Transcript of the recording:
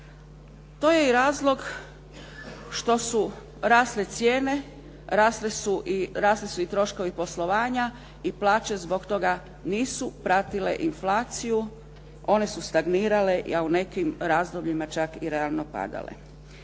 To je i razlog što su rasle cijene, rasli su i troškovi poslovanja i plaće zbog toga nisu pratile inflaciju, one su stagnirale, a u nekim razdobljima čak i realno padale.